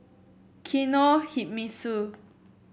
Kinohimitsu